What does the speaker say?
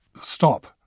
stop